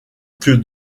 que